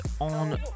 on